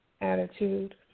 attitude